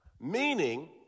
Meaning